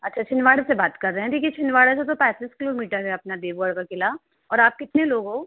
अच्छा छिंदवाड़े से बात कर रए हैं देखिए छिंदवाड़ा से तो पैंतिस किलोमीटर है अपना देवगढ़ का किला और आप कितने लोग हो